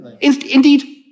Indeed